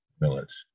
millets